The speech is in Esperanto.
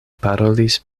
parolis